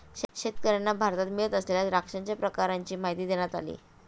शेतकर्यांना भारतात मिळत असलेल्या द्राक्षांच्या प्रकारांची माहिती देण्यात आली